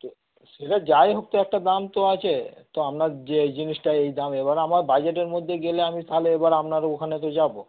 তো সেটা যাই হোক তো একটা দাম তো আছে তো আপনার যে জিনিসটা এই দাম এবার আমার বাজেটের মধ্যে গেলে আমি তাহলে এবার আপনার ওখানে তো যাবো